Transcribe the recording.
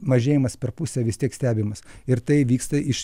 mažėjimas per pusę vis tiek stebimas ir tai vyksta iš